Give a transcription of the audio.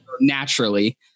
naturally